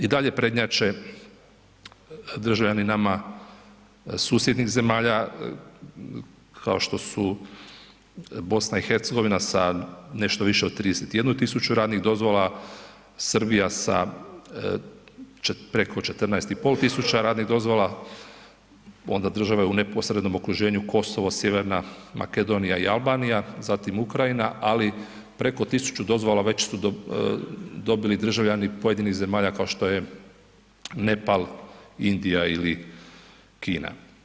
I dalje prednjače državljani nama susjednih zemalja, kao što su BiH, sa nešto više od 31 tisuću radnih dozvola, Srbija sa preko 14,5 tisuća radnih dozvola, onda države u neposrednom okruženju, Kosovo, Sjeverna Makedonija i Albanija, zatim Ukrajina, ali, preko 1000 dozvola već su dobili državljani pojedinih zemalja kao što je Nepal, Indija ili Kina.